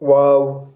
wow